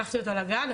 לקחתי אותה לגן,